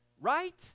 right